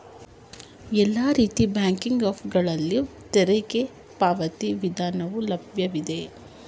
ಎಲ್ಲಾ ರೀತಿಯ banking app ಗಳಲ್ಲಿ ತೆರಿಗೆ ಪಾವತಿ ವಿಧಾನವು ಲಭ್ಯವಿದೆ